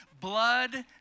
Blood